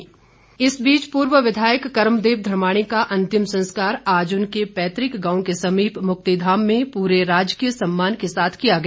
अंतिम संस्कार इस बीच पूर्व विधायक कर्मदेव धर्माणी का अंतिम संस्कार आज उनके पैतृक गांव के समीप मुक्तिधाम में पूरे राजकीय सम्मान के साथ किया गया